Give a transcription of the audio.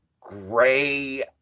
gray